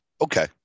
Okay